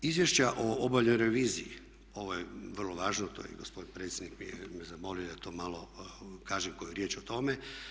Izvješća o obavljenoj reviziji, ovo je vrlo važno, to je i gospodin predsjednik me zamolio da to malo kažem koju riječ o tome.